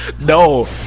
no